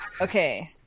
Okay